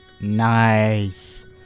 Nice